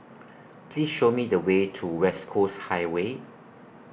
Please Show Me The Way to West Coast Highway